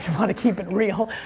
you wanna keep it real.